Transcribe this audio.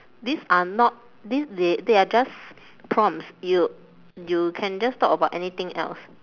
these are not these they are just prompts you you can just talk about anything else